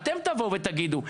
אתם תבואו ותגידו.